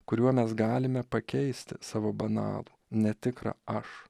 kuriuo mes galime pakeisti savo banalų netikrą aš